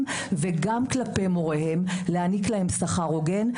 וגם כלפי מוריהם להעניק להם שכר הוגן,